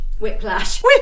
Whiplash